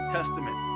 Testament